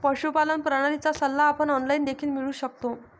पशुपालन प्रणालीचा सल्ला आपण ऑनलाइन देखील मिळवू शकतो